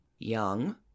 Young